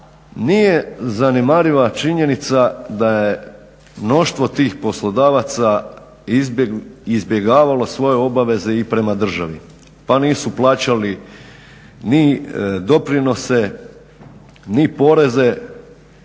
nije zanemariva činjenica da je mnoštvo tih poslodavaca izbjegavalo svoje obaveze i prema državi pa nisu plaćali ni doprinose, ni poreze.